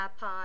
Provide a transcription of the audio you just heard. iPod